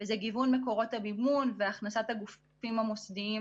וזה גיוון מקורות המימון והכנסת הגופים המוסדיים